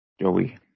Joey